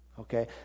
Okay